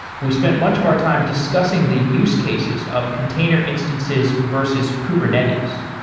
we spent much of our time discussing the use cases of container instances versus kubernetes.